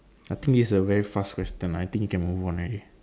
i think this a very fast question i think we can move on already